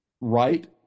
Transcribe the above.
right